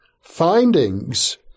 Findings